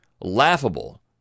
Laughable